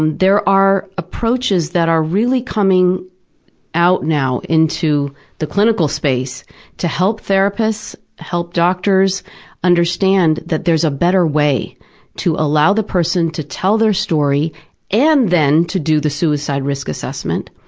there are approaches that are really coming out now into the clinical space to help therapists and doctors understand that there's a better way to allow the person to tell their story and then to do the suicide risk assessment.